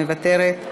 מוותרת.